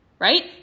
right